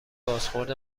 بازخورد